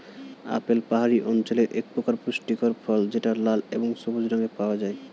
apple পাহাড়ি অঞ্চলের একপ্রকার পুষ্টিকর ফল যেটা লাল এবং সবুজ রঙে পাওয়া যায়